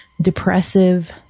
depressive